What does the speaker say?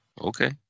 Okay